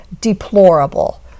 deplorable